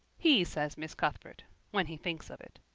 he says miss cuthbert when he thinks of it.